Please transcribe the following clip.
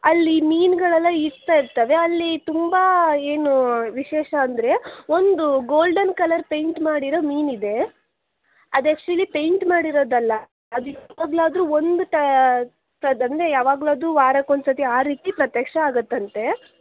ಅಲ್ಲಿ ಮೀನುಗಳೆಲ್ಲ ಈಜ್ತಾ ಇರ್ತವೆ ಅಲ್ಲಿ ತುಂಬ ಏನು ವಿಶೇಷ ಅಂದರೆ ಒಂದು ಗೋಲ್ಡನ್ ಕಲರ್ ಪೈಂಟ್ ಮಾಡಿರೋ ಮೀನಿದೆ ಅದು ಆ್ಯಕ್ಚುಲಿ ಪೈಂಟ್ ಮಾಡಿರೋದಲ್ಲ ಅದು ಯಾವಾಗಲಾದರೂ ಒಂದು ಟ ಅಂದರೆ ಯಾವಾಗಲಾದರೂ ವಾರಕ್ಕೊಂದ್ಸರ್ತಿ ಆ ರೀತಿ ಪ್ರತ್ಯಕ್ಷ ಆಗುತ್ತಂತೆ